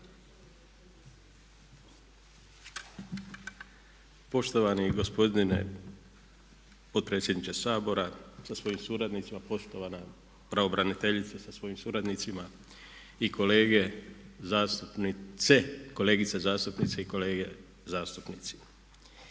Poštovani gospodine potpredsjedniče Sabora sa svojim suradnicima, poštovana pravobraniteljice sa svojim suradnicima i kolegice zastupnice i kolege zastupnici.